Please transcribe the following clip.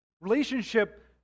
Relationship